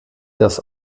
das